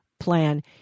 Plan